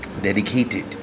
dedicated